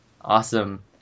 Awesome